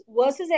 versus